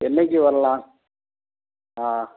என்றைக்கி வர்லாம் ஆ